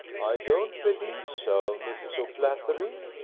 i don't believe so, mrs. o'flaherty,